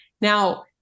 Now